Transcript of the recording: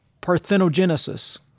parthenogenesis